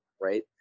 right